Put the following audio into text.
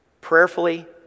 prayerfully